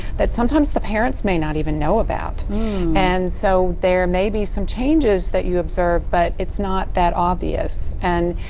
that sometimes the parents may not even know about and, so, there are maybe some changes that you observe but it's not that obvious. and